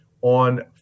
on